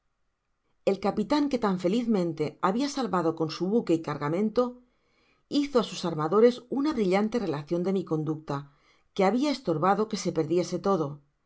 el capitán que tán felizmente habia salvado con su buque y cargamento hizo á sus armadores una brillante relacion de mi conducta que habia estorbado que se perdiese todo